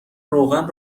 روغن